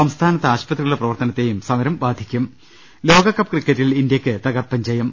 സംസ്ഥാനത്തെ ആശുപത്രികളുടെ പ്രവർത്തനത്തെയും സമരം ബാധിക്കും ലോകകപ്പ് ക്രിക്കറ്റിൽ ഇന്ത്യക്ക് തകർപ്പൻ ജയം